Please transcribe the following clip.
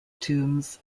tombs